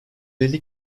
elli